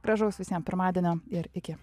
gražaus visiem pirmadienio ir iki